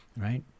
right